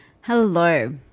Hello